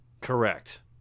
Correct